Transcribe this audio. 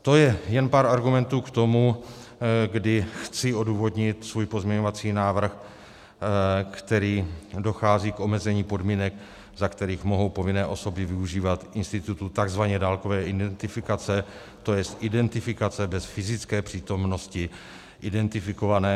To je jen pár argumentů k tomu, kdy chci odůvodnit svůj pozměňovací návrh, kterým dochází k omezení podmínek, za kterých mohou povinné osoby využívat institutu takzvané dálkové identifikace, to jest identifikace bez fyzické přítomnosti identifikovaného.